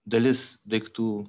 dalis daiktų